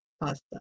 pasta